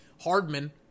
Hardman